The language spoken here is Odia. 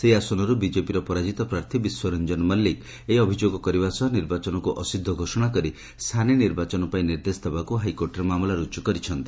ସେହି ଆସନରୁ ବିଜେପିର ପରାଜିତ ପ୍ରାର୍ଥୀ ବିଶ୍ୱ ରଞ୍ଞନ ମଲ୍କିକ ଏହି ଅଭିଯୋଗ କରିବା ସହ ନିର୍ବାଚନକୁ ଅସିଦ୍ଧ ଘୋଷଣା କରି ସାନି ନିର୍ବାଚନ ପାଇଁ ନିର୍ଦ୍ଦେଶ ଦେବାକୁ ହାଇକୋର୍ଚରେ ମାମଲା ରୁଜୁ କରିଛନ୍ତି